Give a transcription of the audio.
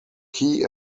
key